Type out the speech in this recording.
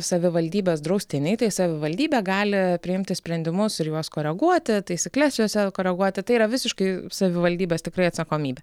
savivaldybės draustiniai tai savivaldybė gali priimti sprendimus ir juos koreguoti taisykles jose koreguoti tai yra visiškai savivaldybės tikrai atsakomybė